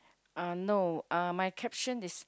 uh no uh my caption is